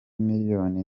miliyoni